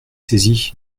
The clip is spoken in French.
saisi